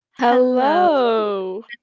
Hello